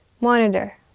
Monitor